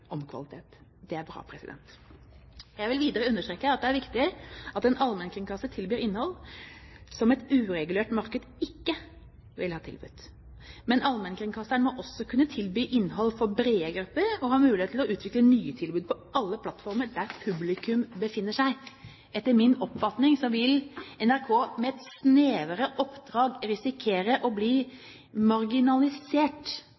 kvalitet. Det er bra. Jeg vil videre understreke at det er viktig at en allmennkringkaster tilbyr innhold som et uregulert marked ikke ville ha tilbudt. Men allmennkringkasteren må også kunne tilby innhold for brede grupper og ha mulighet til å utvikle nye tilbud på alle plattformer der publikum befinner seg. Etter min oppfatning vil NRK med et snevrere oppdrag risikere å